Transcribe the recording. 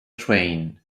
train